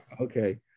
Okay